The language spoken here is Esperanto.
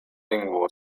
lingvo